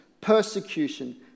persecution